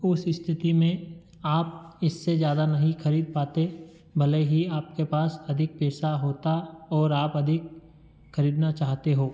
उस स्थिति में आप इससे जादा नहीं खरीद पाते भले ही आपके पास अधिक पैसा होता और आप अधिक खरीदना चाहते हो